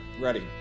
ready